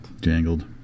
Jangled